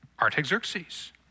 Artaxerxes